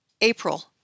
April